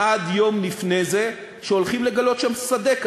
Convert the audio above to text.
עד יום לפני זה שהולכים לגלות שם שדה כזה.